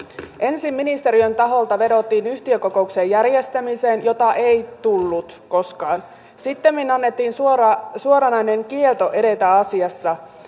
ensin ministeriön taholta vedottiin yhtiökokouksen järjestämiseen jota ei tullut koskaan sittemmin annettiin suoranainen kielto edetä asiassa